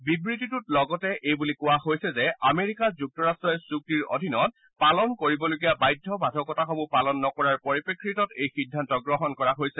বিব্যিতেটোত লগতে এইবুলি কোৱা হৈছে যে আমেৰিকা যুক্তৰাট্টই চুক্তিৰ অধীনত পালন কৰিবলগীয়া বাধ্যবাধকতাসমূহ পালন নকৰাৰ পৰিপ্ৰেক্ষিতত এই সিদ্ধান্ত গ্ৰহণ কৰা হৈছে